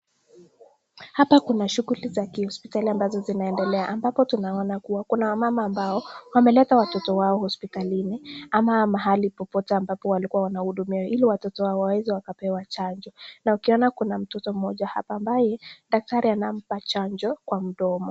Hapa kuna shughuli za hospitali ambazo zinaendelea ambapo tunaona kuwa kuna wamama ambao wameleta watoto wao hospitalini ama mahali popote ambapo walikuwa wanahudumiwa ili watoto wao waweze wakapewa chanjo. Na ukiona kuna mtoto mmoja hapa ambaye daktari anampa chanjo kwa mdomo.